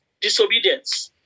Disobedience